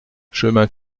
chemin